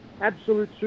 Absolute